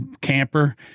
camper